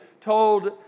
told